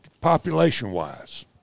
Population-wise